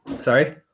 Sorry